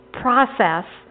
process